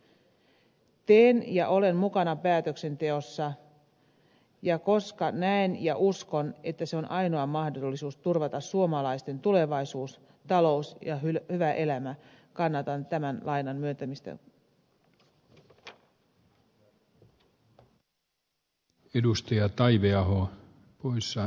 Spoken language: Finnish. teen päätöksiä ja olen mukana päätöksenteossa ja koska näen ja uskon että se on ainoa mahdollisuus turvata suomalaisten tulevaisuus talous ja hyvä elämä kannatan tämän lainan myöntämistä